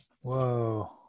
Whoa